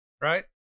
Right